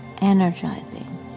energizing